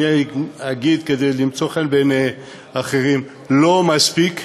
אני אגיד כדי למצוא חן בעיני אחרים: לא מספיק,